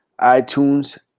iTunes